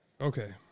Okay